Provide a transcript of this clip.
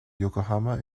yokohama